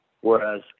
whereas